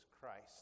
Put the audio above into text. Christ